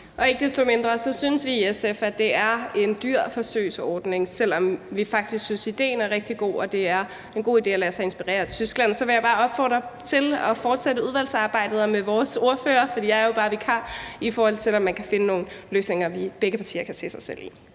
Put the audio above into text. Ikke desto mindre synes vi i SF, at det er en dyr forsøgsordning, selv om vi faktisk synes, at idéen er rigtig god, og at det er en god idé at lade sig inspirere af Tyskland. Så vil jeg bare opfordre til at fortsætte udvalgsarbejdet med vores sædvanlige ordfører, for jeg er jo bare vikar, for at finde nogle løsninger, begge partier kan se sig selv i.